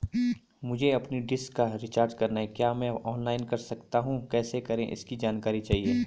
मुझे अपनी डिश का रिचार्ज करना है क्या मैं ऑनलाइन कर सकता हूँ कैसे करें इसकी जानकारी चाहिए?